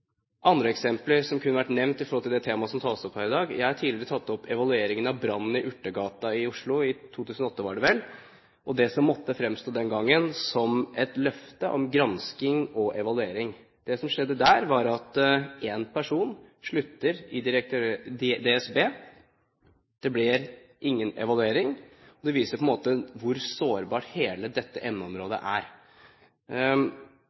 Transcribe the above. Andre eksempler kunne vært nevnt i forbindelse med det temaet som tas opp her i dag. Jeg har tidligere tatt opp evalueringen av brannen i Urtegata i Oslo – i 2008, var det vel – og det som den gangen måtte fremstå som et løfte om gransking og evaluering. Det som skjedde der, var at en person sluttet i DSB. Det ble ingen evaluering. Det viser på en måte hvor sårbart hele dette